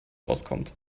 auskommt